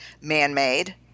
man-made